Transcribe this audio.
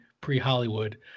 pre-Hollywood